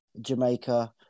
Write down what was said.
jamaica